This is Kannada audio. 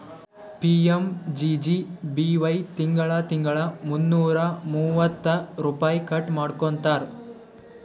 ಪಿ.ಎಮ್.ಜೆ.ಜೆ.ಬಿ.ವೈ ತಿಂಗಳಾ ತಿಂಗಳಾ ಮುನ್ನೂರಾ ಮೂವತ್ತ ರುಪೈ ಕಟ್ ಮಾಡ್ಕೋತಾರ್